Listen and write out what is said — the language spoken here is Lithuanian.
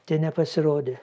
tie nepasirodė